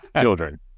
children